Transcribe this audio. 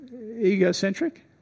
egocentric